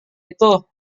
itu